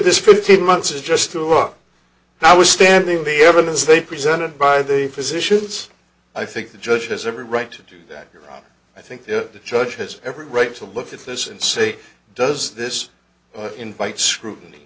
this fifteen months is just threw up now i was standing the evidence they presented by the physicians i think the judge has every right to do that i think the judge has every right to look at this and say does this invite scrutiny